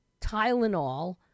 Tylenol